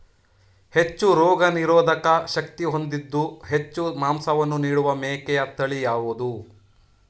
ಹೆಚ್ಚು ರೋಗನಿರೋಧಕ ಶಕ್ತಿ ಹೊಂದಿದ್ದು ಹೆಚ್ಚು ಮಾಂಸವನ್ನು ನೀಡುವ ಮೇಕೆಯ ತಳಿ ಯಾವುದು?